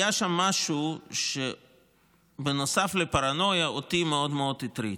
היה שם משהו שבנוסף לפרנויה אותי מאוד מאוד הטריד,